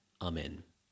Amen